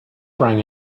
rang